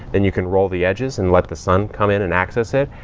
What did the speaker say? then you can roll the edges and let the sun come in and access it.